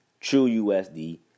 TrueUSD